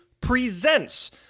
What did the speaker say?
Presents